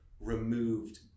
removed